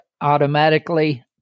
automatically